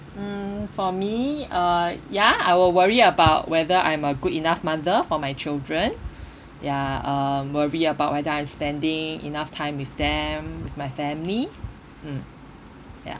mm for me uh ya I will worry about whether I'm a good enough mother for my children ya um worry about whether I'm spending enough time with them my family mm ya